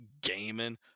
gaming